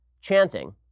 chanting